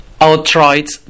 outright